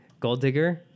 Golddigger